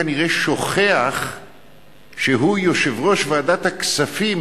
כנראה שוכח שהוא יושב-ראש ועדת הכספים